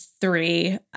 three